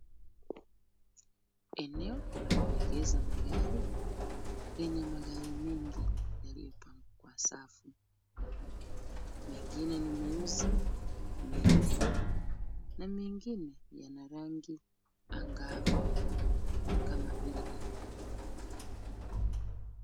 Eneo la kuegesha magari lenye magari mengi yaliyopangwa kwa safu. Mengine ni meusi, meupe na mengine yana rangi angavu kama vile nyekundu.